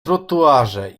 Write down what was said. trotuarze